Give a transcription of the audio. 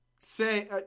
say